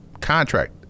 contract